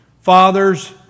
Fathers